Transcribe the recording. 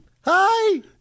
Hi